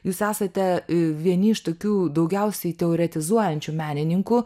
jūs esate vieni iš tokių daugiausiai teoritezuojančių menininkų